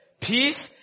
peace